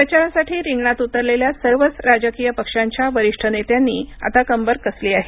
प्रचारासाठी रिंगणात उतरलेल्या सर्वच राजकीय पक्षांच्या वरिष्ठ नेत्यांनी कंबर कसली आहे